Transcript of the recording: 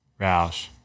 Roush